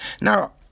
now